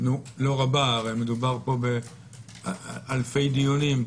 מדובר באלפי דיונים.